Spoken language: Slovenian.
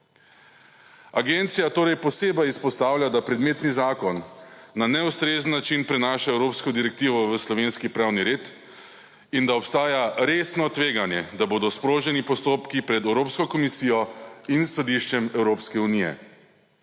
Agencija torej posebej izpostavlja, da predmetni zakon na neustrezen način prenaša evropsko direktivo v slovenski pravni red in da obstaja resno tveganje, da bodo sproženi postopki pred Evropsko komisijo in Sodiščem Evropske unije.